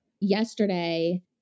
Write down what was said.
yesterday